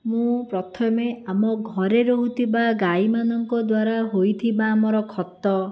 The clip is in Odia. ମୁଁ ପ୍ରଥମେ ଆମ ଘରେ ରହୁଥିବା ଗାଈମାନଙ୍କ ଦ୍ଵାରା ହୋଇଥିବା ଆମର ଖତ